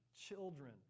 children